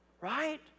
right